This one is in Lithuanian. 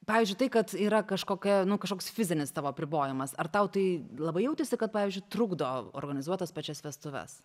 pavyzdžiui tai kad yra kažkokia nu kažkoks fizinis tavo apribojimas ar tau tai labai jautėsi kad pavyzdžiui trukdo organizuot tas pačias vestuves